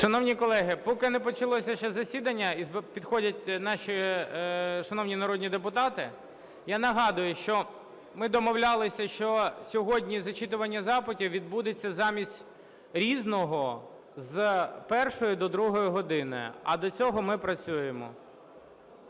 Шановні колеги, поки не почалося ще засідання і підходять наші шановні народні депутати, я нагадую, що ми домовлялися, що сьогодні зачитування запитів відбудеться замість "Різного" з першої до другої години. А до цього ми працюємо.